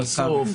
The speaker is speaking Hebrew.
ברור.